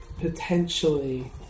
potentially